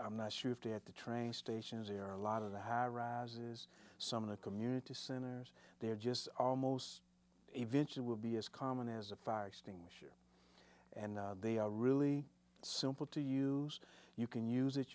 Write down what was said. i'm not sure if to at the train station as they are a lot of the high rises some of the community centers there just almost eventually will be as common as a fire extinguisher and they are really simple to you you can use it